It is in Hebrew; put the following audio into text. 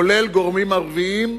כולל גורמים ערביים,